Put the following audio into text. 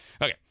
okay